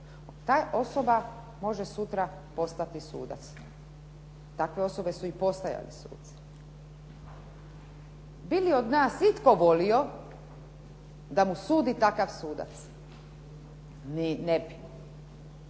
ta osoba može sutra postati sudac. Takve osobe su i postajale suci. Bi li od nas itko volio da mu sudi takav sudac? Ne bi,